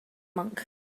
monk